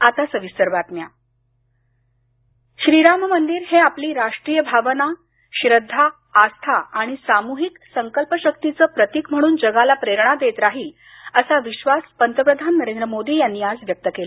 राम मंदिर भमिपजन श्रीराम मंदिर हे आपली राष्ट्रीय भावना श्रद्धा आस्था आणि सामूहिक संकल्पशक्तीचं प्रतिक म्हणून जगाला प्रेरणा देत राहील असा विश्वास पंतप्रधान नरेंद्र मोदी यांनी आज व्यक्त केला